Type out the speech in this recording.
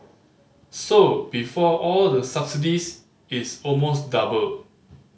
so before all the subsidies it's almost double